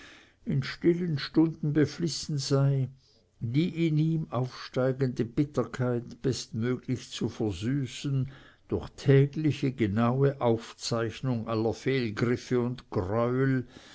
in stillen stunden beflissen sei die in ihm aufsteigende bitterkeit bestmöglich zu versüßen durch tägliche genaue aufzeichnung aller fehlgriffe und